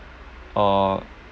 or